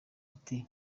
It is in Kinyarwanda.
ati